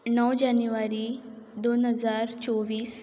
णव जानेवरी दोन हजार चोवीस